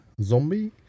zombie